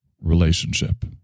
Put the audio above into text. relationship